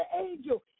angel